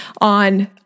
on